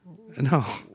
No